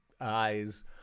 eyes